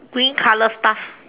green color stuff